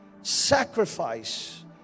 sacrifice